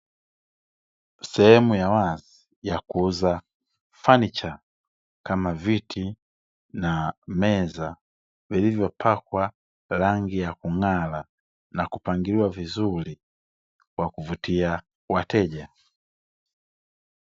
Sehemu ya wazi ya kuuza fanicha kama viti na meza vilivyopakwa rangi ya kung'ara, na kupangiliwa vizuri kwa kuvutia wateja.